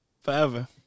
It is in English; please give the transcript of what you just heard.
forever